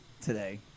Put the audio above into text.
today